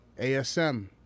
asm